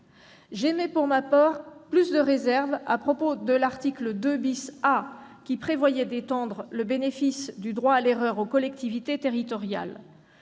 J'émets, pour ma part, plus de réserves à propos de l'article 2 A, qui prévoyait d'étendre le bénéfice du droit à l'erreur aux collectivités territoriales.